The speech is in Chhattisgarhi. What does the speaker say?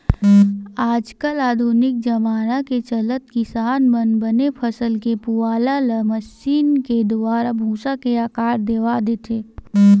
आज कल आधुनिक जबाना के चलत किसान मन बने फसल के पुवाल ल मसीन के दुवारा भूसा के आकार देवा देथे